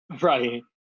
right